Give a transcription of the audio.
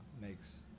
makes